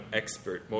expert